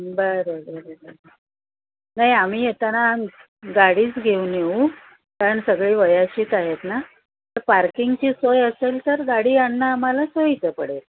बरं बरं बरं नाही आम्ही येताना गाडीच घेऊन येऊ कारण सगळे वयाशीच आहेत ना तर पार्किंगची सोय असेल तर गाडी आणनं आम्हाला सोयीचं पडेल